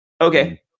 Okay